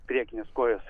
priekinės kojos